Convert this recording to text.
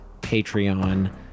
Patreon